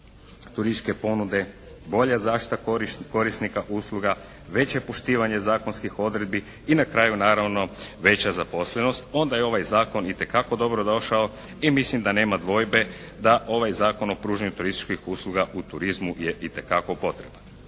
turističke ponude, bolja zaštita korisnika usluga, veće poštivanje zakonskih odredbi i na kraju naravno veća zaposlenost, onda je ovaj zakon itekako dobro došao i mislim da nema dvojbe da ovaj Zakon o pružanju turističkih usluga u turizmu je itekako potreban.